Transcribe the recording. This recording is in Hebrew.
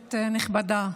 כנסת נכבדה,